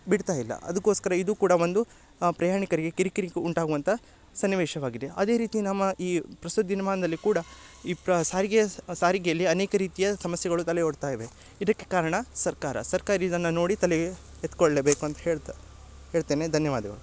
ಬಿಡ್ತಾಯಿಲ್ಲ ಅದಕ್ಕೋಸ್ಕರ ಇದು ಕೂಡ ಒಂದು ಪ್ರಯಾಣಿಕರಿಗೆ ಕಿರಿಕಿರಿ ಉಂಟಾಗುವಂಥ ಸನ್ನಿವೇಶವಾಗಿದೆ ಅದೇ ರೀತಿ ನಮ್ಮ ಈ ಪ್ರಸ್ತುತ ದಿನ್ಮಾನದಲ್ಲಿ ಕೂಡ ಈ ಪ್ರ ಸಾರಿಗೆ ಸಾರಿಗೆಯಲ್ಲಿ ಅನೇಕ ರೀತಿಯ ಸಮಸ್ಯೆಗಳು ತಲೆ ಓಡ್ತಾಯಿವೆ ಇದಕ್ಕೆ ಕಾರಣ ಸರ್ಕಾರ ಸರ್ಕಾರಿ ಇದನ್ನ ನೋಡಿ ತಲೆ ಎತ್ಕೊಳ್ಳಲೇಬೇಕು ಅಂತ ಹೇಳ್ತಾ ಹೇಳ್ತೇನೆ ಧನ್ಯವಾದಗಳು